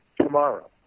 tomorrow